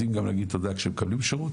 יודעים גם להגיד תודה כשהם מקבלים שירות,